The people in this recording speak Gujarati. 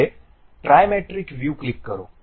હવે ટ્રાયમેટ્રિક વ્યુ ક્લિક કરો